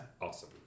awesome